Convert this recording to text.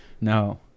No